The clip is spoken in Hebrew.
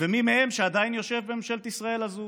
ומי מהם עדיין יושב בממשלת ישראל הזאת